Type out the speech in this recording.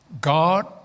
God